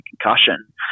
concussion